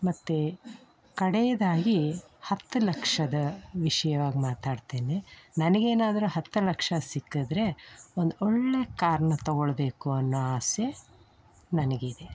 ಮತ್ತು ಕಡೆಯದಾಗಿ ಹತ್ತು ಲಕ್ಷದ ವಿಷ್ಯವಾಗಿ ಮಾತಾಡ್ತೇನೆ ನನಗೇನಾದ್ರೂ ಹತ್ತು ಲಕ್ಷ ಸಿಕ್ಕಿದ್ರೆ ಒಂದು ಒಳ್ಳೆಯ ಕಾರನ್ನ ತಗೊಳ್ಳಬೇಕು ಅನ್ನೋ ಆಸೆ ನನಗಿದೆ